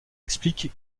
explique